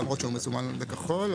למרות שהוא מסומן בכחול,